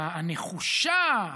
הנחושה,